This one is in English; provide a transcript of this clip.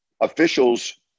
officials